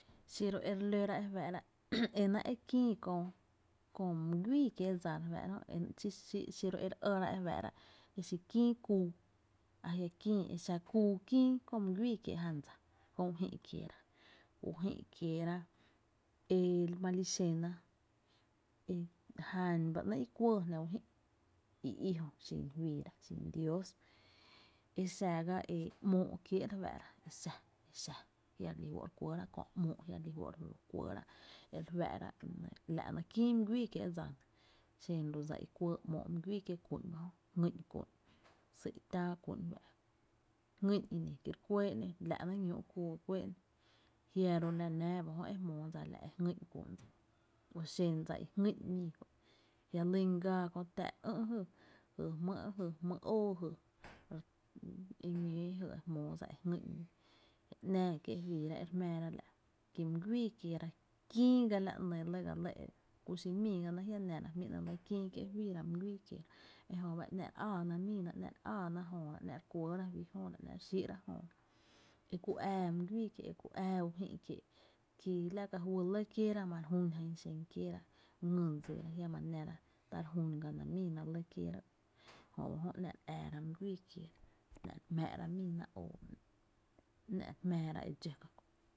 Xiro e re lóra e faa’ra e náá’ e kïï köö my güii kié’ dsa re fáá’ra jö, xí xí ro e re ɇra e re fáá’ra e xí kïï kúú ajia’ kïï e xa küü kïï kö my güii kiee’ jan dsa köö u jï’ kieera, u jï’ kieeera e ma li xena e jan ba ‘nɇɇ’ i kuɇɇjná u jï’ i i jö xein juiira, xin Dios e xa ga e ‘móó’ kiee’re fáá’ra exa exa, jia’ re lí fó’ re kuɇɇra köö ‘móó’ jia’ reli fó’ re kuɇɇra e re fáá’ra la’ nɇɇ’ kïï my güii kiee’ dsa nɇ, xen ba dsa i kuɇɇ ‘móó’ my güii kié’ kü’n, jngÿ’n kú’n, sý’ tⱥⱥ kú’n sý’ kú’n jngÿ’n i ni kí re kuɇɇ na ‘nó, la’ ‘nɇɇ’ ñúú’ kuu e re kuɇɇna ‘nó jiaru la nⱥⱥ ba jö ejmoo dsa la’ e jngÿ’n kú’n dsa, la ku xen dsa i jngÿ’n mii kö’ jia’ lyn gaa kö tⱥⱥ’ re ÿ’ jy jmýy’ jy jmýy’ óó jy, jy e ñóó jy e jmóó dsa e jngÿ’n mii, jia’ nⱥⱥ kie’ juiiira e re jmⱥⱥra la’ kí my güii kieera kïí ga la nɇɇ ga lɇ, ku xi mii ga na jiá’ nⱥra jmí’ ‘nɇ’ lɇ kïí kié’ juiira my güii kieera ejö ba ‘nⱥ’ re áána míi na, ‘nⱥ’ re áána jööra, ‘nⱥ’ re kuɇɇra juý jööra re xíi’ra jööra e ku ää my güii kie’ e ku ää u jï’ kiee’ ki la ka juy lɇ kieera ma re jún jan i xen kiééra ngÿ dsira jiama nⱥra ta re jún ga na lɇ kieera jö b ajo ‘nⱥ’ re äära my güii kieera, ‘nⱥ’ re jmáára miina oo, ‘nⱥ’ re jmⱥⱥra e dxó ka kö’.